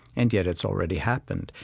and yet, it's already happened.